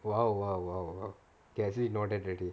!wow! !wow! !wow! okay I actually know that already